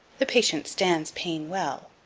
the patient stands pain well.